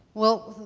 well,